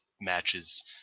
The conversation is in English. matches